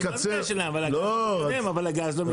אבל הגז לא מתקדם.